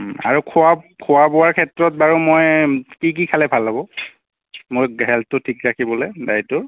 আৰু খোৱা খোৱা বোৱাৰ ক্ষেত্ৰত বাৰু মই কি কি খালে ভাল হ'ব মই হেল্ঠটো ঠিক ৰাখিবলৈ ডায়েটটো